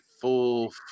full